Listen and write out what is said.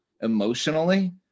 emotionally